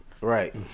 Right